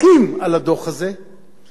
כי החולקים על הדוח הזה הם אנשים יודעי